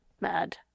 mad